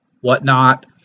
whatnot